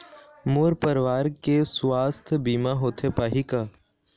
मोर परवार के सुवास्थ बीमा होथे पाही का?